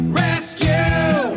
rescue